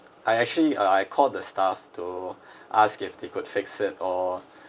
I actually uh I called the staff to ask if they could fix it or